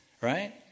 Right